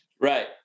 right